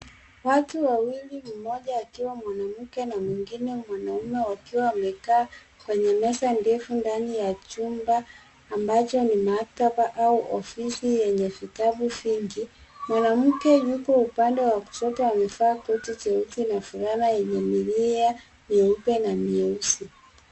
Watu wawili, mmoja akiwa mwanamke na mwengine mwanaume, wakiwa wamekaa kwenye meza ndefu ndani ya chumba ambacho ni maktaba au ofisi yenye vitabu vingi. Mwanamke yuko upande wa kushoto, amevaa koti jeusi na fulana yenye milia meupe na mieusi.